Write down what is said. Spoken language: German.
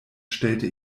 stellte